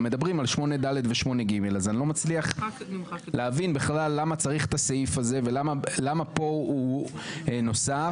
יש פה הסדר אחד שלם ומלא שצריך לראותו אותו מההתחלה ועד הסוף,